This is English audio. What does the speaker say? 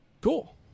Cool